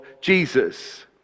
Jesus